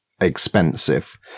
expensive